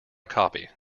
copy